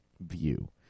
view